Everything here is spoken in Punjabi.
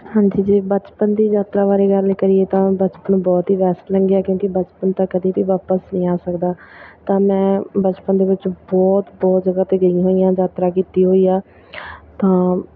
ਹਾਂਜੀ ਜੇ ਬਚਪਨ ਦੀ ਯਾਤਰਾ ਬਾਰੇ ਗੱਲ ਕਰੀਏ ਤਾਂ ਬਚਪਨ ਬਹੁਤ ਹੀ ਬੈਸਟ ਲੰਘਿਆ ਕਿਉਂਕਿ ਬਚਪਨ ਤਾਂ ਕਦੇ ਵੀ ਵਾਪਸ ਨਹੀਂ ਆ ਸਕਦਾ ਤਾਂ ਮੈਂ ਬਚਪਨ ਦੇ ਵਿੱਚ ਬਹੁਤ ਬਹੁਤ ਜਗ੍ਹਾ 'ਤੇ ਗਈ ਹੋਈ ਹਾਂ ਯਾਤਰਾ ਕੀਤੀ ਹੋਈ ਆ ਤਾਂ